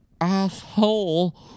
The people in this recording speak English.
asshole